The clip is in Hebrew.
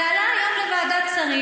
זה עלה היום לוועדת שרים.